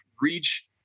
reach